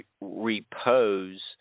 repose